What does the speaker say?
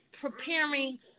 preparing